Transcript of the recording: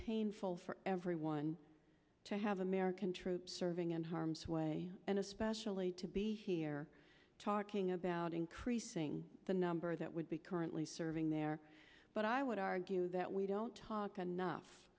painful for everyone to have american troops serving in harm's way and especially to be here talking about increasing the number that would be currently serving there but i would argue that we don't aka enough